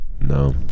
no